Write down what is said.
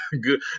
good